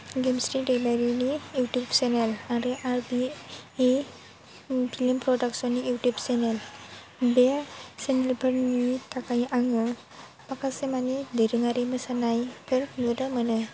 गेमस्रि दैमारिनि YouTube channel आरो आरबिनि फ्लिम प्रडागसन नि इउटुब चेनेल बे चेनेल फोरनि थाखाय आङो माखासे मानि दोरोङारि मोसानायफोर नुनो मोनो